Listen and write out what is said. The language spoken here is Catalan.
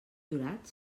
jurat